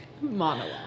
monologue